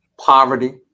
poverty